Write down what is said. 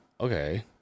okay